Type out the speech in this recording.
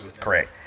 Correct